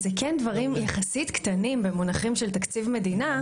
אלה כן דברים יחסית קטנים במונחים של תקציב מדינה,